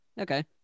Okay